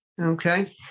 Okay